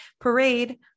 Parade